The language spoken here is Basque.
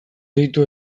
ditu